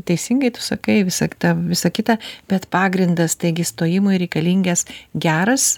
teisingai tu sakai visa kta visa kita bet pagrindas tai gi įstojimui reikalingas geras